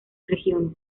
regiones